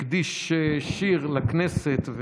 הקדיש שיר לכנסת,